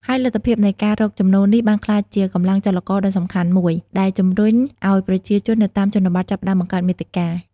ហើយលទ្ធភាពនៃការរកចំណូលនេះបានក្លាយជាកម្លាំងចលករដ៏សំខាន់មួយ ដែលជំរុញឲ្យប្រជាជននៅតាមជនបទចាប់ផ្តើមបង្កើតមាតិកា។